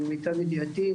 למיטב ידיעתי,